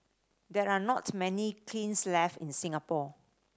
there are not many kilns left in Singapore